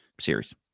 series